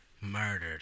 murdered